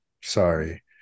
sorry